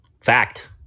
Fact